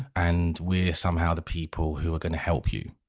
and we're somehow the people who are going to help you.